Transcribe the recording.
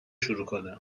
شروع